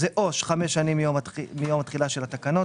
זה או חמש שנים מיום התחילה של התקנות,